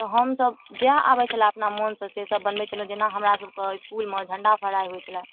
तऽ हमसभ जएह आबै छलै अपना मोनसँ सेसब बनबै छलहुँ जेना हमरासभके इसकुलमे झण्डा फहराइ होइ छलै